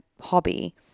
hobby